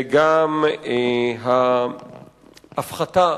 וגם ההפחתה